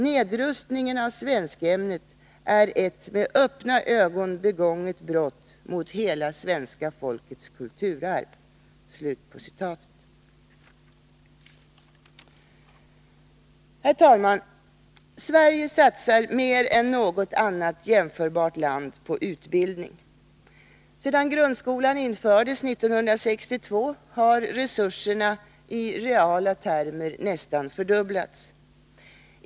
Nedrust ningen av svenskämnet ——— är ett med öppna ögon begånget brott mot hela svenska folkets kulturarv.” Mer än något annat jämförbart land satsar Sverige på utbildning. Sedan grundskolan infördes 1962 har resurserna i reala termer nästan fördubblats.